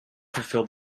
fulfil